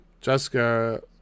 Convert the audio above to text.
Jessica